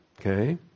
okay